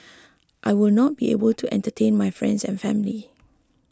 I will not be able to entertain my friends and family